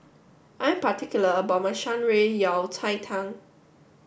I'm particular about my Shan Rui Yao Cai Tang